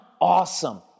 awesome